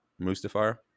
Mustafar